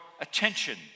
attention